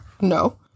No